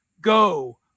Go